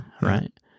Right